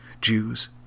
Jews